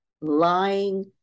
lying